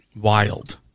Wild